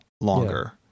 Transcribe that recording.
longer